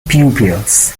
pupils